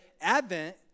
Advent